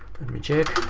let me check.